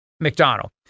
McDonald